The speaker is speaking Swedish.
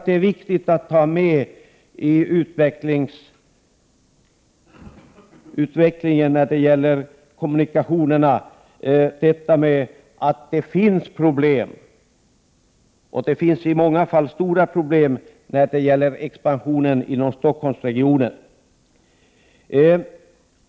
Det är viktigt att ta med i beräkningen att det när det gäller kommunikationerna finns problem, och i många fall stora problem, med expansionen i Stockholmsregionen.